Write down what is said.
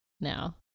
now